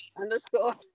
underscore